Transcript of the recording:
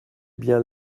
bien